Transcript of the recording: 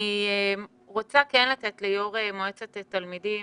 אני רוצה לתת ליושב ראש מועצת התלמידים,